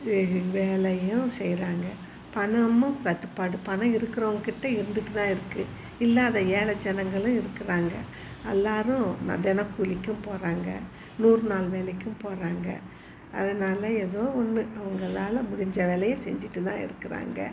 வெகு வேலையும் செய்கிறாங்க பணமும் தட்டுப்பாடு பணம் இருக்கிறவங்கக்கிட்ட இருந்துட்டுதான் இருக்குது இல்லாத ஏழை ஜனங்களும் இருக்கிறாங்க எல்லோரும் தினக்கூலிக்கும் போகிறாங்க நூறு நாள் வேலைக்கும் போகிறாங்க அதனால் எதோ ஒன்று அவங்களால முடிஞ்ச வேலையை செஞ்சிட்டுதான் இருக்கிறாங்க